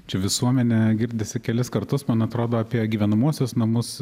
čia visuomenę girdisi kelis kartus man atrodo apie gyvenamuosius namus